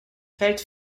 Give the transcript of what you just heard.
fällt